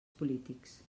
polítics